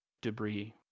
debris